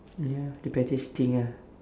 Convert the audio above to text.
ya the pettiest thing ah